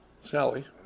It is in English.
Sally